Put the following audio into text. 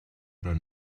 oder